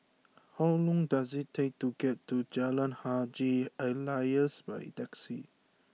how long does it take to get to Jalan Haji Alias by taxi